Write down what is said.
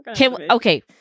Okay